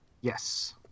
Yes